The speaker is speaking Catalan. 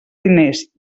diners